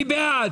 אני יודע.